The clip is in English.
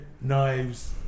knives